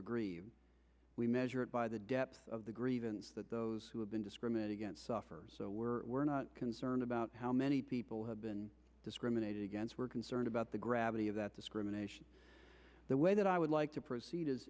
aggrieved we measure it by the depth of the grievance that those who have been discriminated against suffer so we're we're not concerned about how many people have been discriminated against we're concerned about the gravity of that discrimination the way that i would like to proceed is